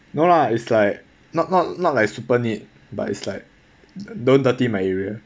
no lah is like not not not like super neat but it's like don't dirty my area